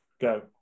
go